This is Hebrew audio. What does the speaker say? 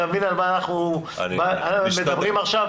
אתה מבין על מה אנחנו מדברים עכשיו?